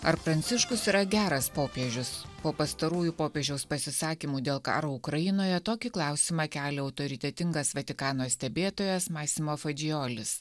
ar pranciškus yra geras popiežius po pastarųjų popiežiaus pasisakymų dėl karo ukrainoje tokį klausimą kelia autoritetingas vatikano stebėtojas masimo fadžiolis